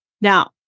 Now